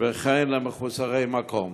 וכן למחוסרי מקום.